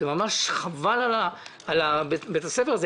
ממש חבל על בית הספר הזה.